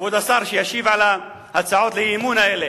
מכבוד השר שישיב על הצעות האי-אמון האלה,